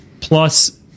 Plus